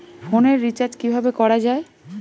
ফোনের রিচার্জ কিভাবে করা যায়?